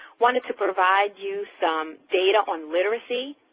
wanted to provide you some data on literacy,